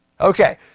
Okay